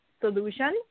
solution